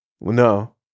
No